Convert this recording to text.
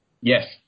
Yes